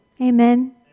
Amen